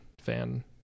fan